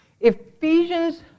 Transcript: Ephesians